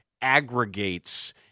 aggregates